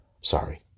Sorry